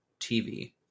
TV